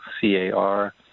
C-A-R